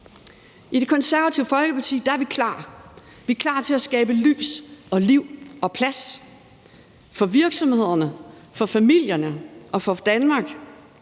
I Det Konservative Folkeparti er vi klar. Vi er klar til at skabe lys og liv og plads for virksomhederne, for familierne og for Danmark.